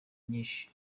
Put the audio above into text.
nyinshi